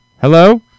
hello